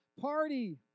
party